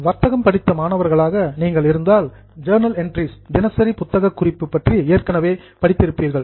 commerce வர்த்தகம் படித்த மாணவர்களாக நீங்கள் இருந்தால் ஜர்னல் என்ட்ரிஸ் தினசரி புத்தக குறிப்பு பற்றி ஏற்கனவே படித்திருப்பீர்கள்